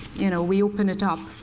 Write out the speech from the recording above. you know, we open it up.